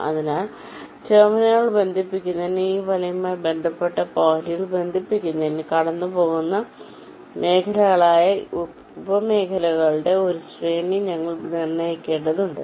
അതിനാൽ ടെർമിനലുകൾ ബന്ധിപ്പിക്കുന്നതിന് ഈ വലയുമായി ബന്ധപ്പെട്ട പോയിന്റുകൾ ബന്ധിപ്പിക്കുന്നതിന് കടന്നുപോകേണ്ട മേഖലകളായ ഉപ മേഖലകളുടെ ഒരു ശ്രേണി ഞങ്ങൾ നിർണ്ണയിക്കേണ്ടതുണ്ട്